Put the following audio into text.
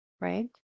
Right